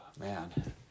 Man